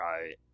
right